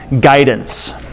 guidance